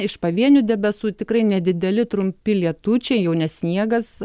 iš pavienių debesų tikrai nedideli trumpi lietučiai jau ne sniegas